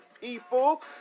people